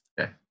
Okay